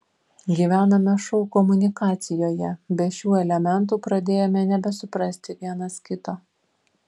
gyvename šou komunikacijoje be šių elementų pradėjome nebesuprasti vienas kito